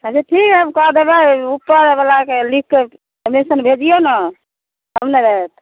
अच्छा ठीक हय हम कऽ देबै उपर बलाके लिखके परमिशन भेजिऔ ने तब ने होयत